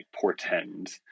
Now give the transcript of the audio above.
portend